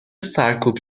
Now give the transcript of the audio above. سرکوب